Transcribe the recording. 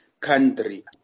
country